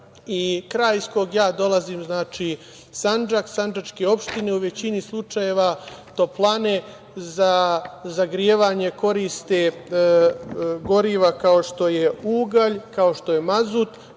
Kraj iz kog dolazim, Sandžak, sandžačke opštine u većini slučajeva u toplanama za zagrevanje koriste goriva kao što je ugalj, kao